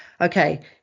Okay